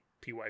py